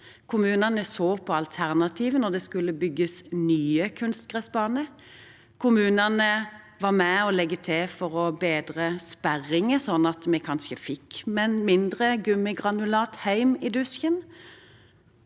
Kommunene så på alternativer når det skulle bygges nye kunstgressbaner. Kommunene var med og la til rette for å bedre sperringer, sånn at vi kanskje fikk mindre gummigranulat hjem i dusjen.